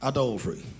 Adultery